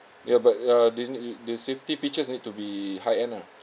ya but uh didn't uh the safety features need to be high-end lah